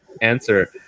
answer